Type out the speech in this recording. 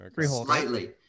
slightly